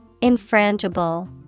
Infrangible